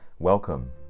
Welcome